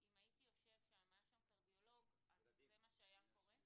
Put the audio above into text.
אם הייתי יושב שם כקרדיולוג, אז זה מה שהיה קורה?